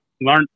Learn